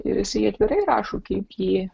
ir jisai atvirai rašo kaip jį